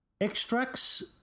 extracts